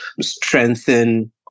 strengthen